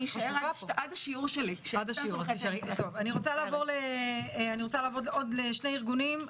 אני רוצה לעבור לשני ארגונים.